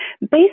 Based